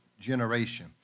generation